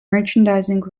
merchandising